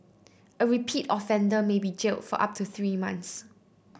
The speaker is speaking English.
a repeat offender may be jailed for up to three months